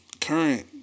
current